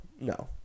no